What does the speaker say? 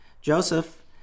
Joseph